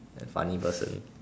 and funny person